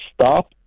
stop